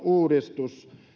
uudistus